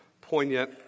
poignant